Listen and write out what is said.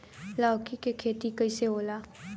लौकी के खेती कइसे होला?